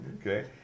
okay